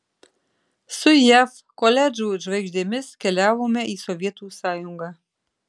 su jav koledžų žvaigždėmis keliavome į sovietų sąjungą